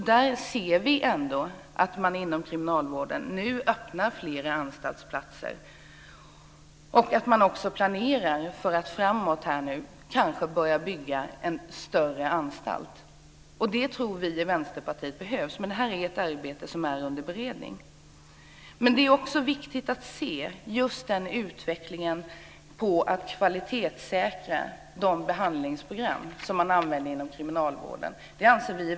Vi ser ändå att man inom kriminalvården öppnar flera anstaltsplatser, och man planerar för att framöver eventuellt börja bygga en större anstalt. Det tror vi i Vänsterpartiet behövs. Det är ett ärende som är under beredning. Vi i Vänsterpartiet anser också att det är viktigt att arbeta för att kvalitetssäkra de behandlingsprogram som man använder inom kriminalvården.